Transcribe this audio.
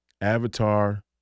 Avatar